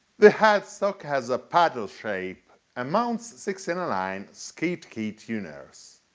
the headstock has a paddle shape and mounts six-in-a-line skate key tuners.